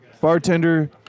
bartender